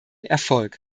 erfolg